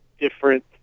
different